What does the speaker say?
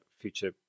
future